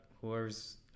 whoever's